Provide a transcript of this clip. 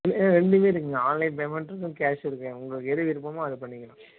ஆ ரெண்டுமே இருக்குதுங்க online payment இருக்குது கேஷிருக்குங்க உங்களுக்கு எது விருப்பமோ அதை பண்ணிக்கலாம்